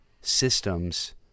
systems